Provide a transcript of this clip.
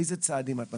איזה צעדים את מציעה?